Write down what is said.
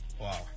Wow